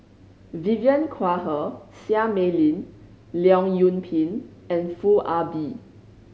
Vivien Quahe Seah Mei Lin Leong Yoon Pin and Foo Ah Bee